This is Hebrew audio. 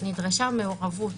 נדרשה מעורבות,